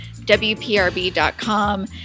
WPRB.com